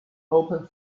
open